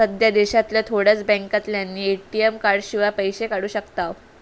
सध्या देशांतल्या थोड्याच बॅन्कांतल्यानी ए.टी.एम कार्डशिवाय पैशे काढू शकताव